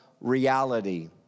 reality